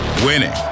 Winning